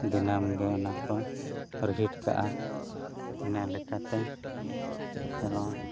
ᱫᱤᱱᱟᱹᱢ ᱜᱮ ᱚᱱᱟᱠᱚ ᱠᱟᱜᱼᱟ ᱤᱱᱟᱹ ᱞᱮᱠᱟᱛᱮ ᱠᱷᱮᱞᱳᱰ